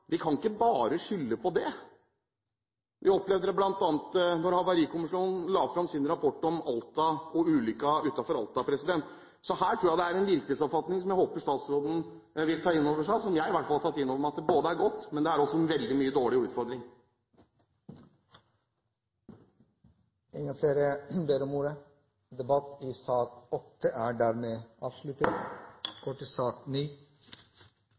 vi kan ikke bare skylde på det. Vi opplevde dette bl.a. da Havarikommisjonen la fram sin rapport om ulykken utenfor Alta. Jeg håper at statsråden vil ta inn over seg den virkelighetsoppfatning, som i hvert fall jeg har tatt inn over meg, at det her er gjort mye godt, men det er også veldig mange utfordringer. Flere har ikke bedt om ordet til sak